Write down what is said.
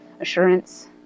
assurance